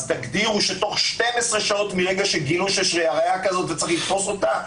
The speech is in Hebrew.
אז תגדירו שתוך 12 שעות מרגע שגילו שיש ראיה כזאת וצריך לתפוס אותה,